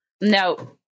No